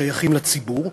שייכים לציבור,